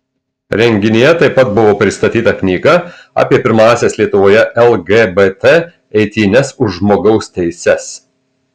renginyje taip pat buvo pristatyta knyga apie pirmąsias lietuvoje lgbt eitynes už žmogaus teises